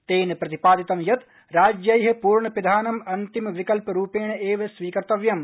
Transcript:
तेन प्रतिपादित यत् राज्यैः पर्णपिधानम् अन्तिमविकल्परूपेण एव स्वीकर्तव्यम्